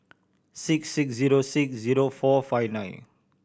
six six zero six zero four five nine